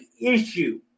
issue